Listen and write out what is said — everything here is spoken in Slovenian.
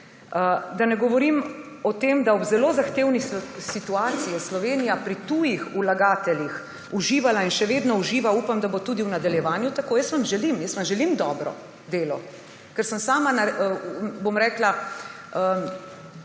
Da ne govorim o tem, da je ob zelo zahtevni situaciji Slovenija pri tujih vlagateljih uživala in še vedno uživa, upam, da bo tudi v nadaljevanju tako, jaz vam želim dobro delo, ker sem sama, bom rekla,